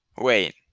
wait